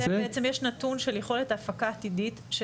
בעצם יש נתון של יכולת ההפקה העתידית,